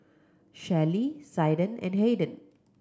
Shelley Zaiden and Hayden